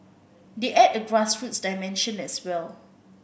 they add a grassroots dimension as well